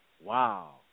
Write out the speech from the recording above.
Wow